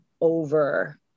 over